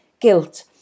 guilt